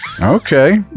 Okay